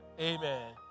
Amen